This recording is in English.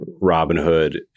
Robinhood